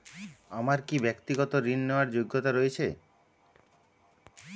আমার কী ব্যাক্তিগত ঋণ নেওয়ার যোগ্যতা রয়েছে?